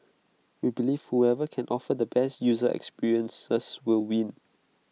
we believe whoever can offer the best user experiences will win